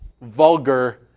vulgar